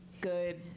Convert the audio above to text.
good